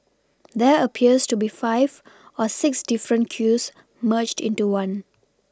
there appears to be five or six different queues merged into one